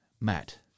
Matt